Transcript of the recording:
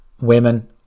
Women